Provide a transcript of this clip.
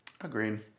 Agreed